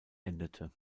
endete